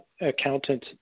accountant